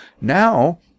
now